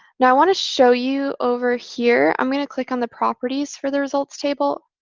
now, i want to show you over here, i'm going to click on the properties for the results table.